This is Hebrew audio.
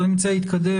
אבל אני רוצה להתקדם,